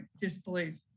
disbelief